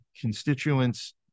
constituents